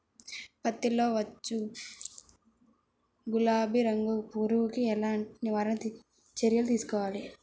పత్తిలో వచ్చు గులాబీ రంగు పురుగుకి ఎలాంటి నివారణ చర్యలు తీసుకోవాలి?